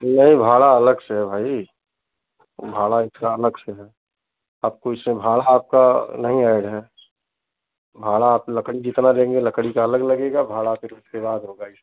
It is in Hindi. नहीं भाड़ा अलग से है भाई भाड़ा इसका अलग से है आपको इससे भाड़ा आपका नहीं आएगा है भाड़ा आप लकड़ी जितना लेंगे लकड़ी का अलग लगेग भाड़ा फिर उसके बाद होगा इसका